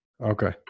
Okay